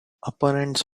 opponents